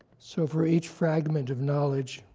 so for each fragment of knowledge,